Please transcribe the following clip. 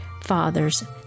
Father's